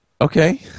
Okay